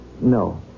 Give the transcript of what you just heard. no